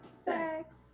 sex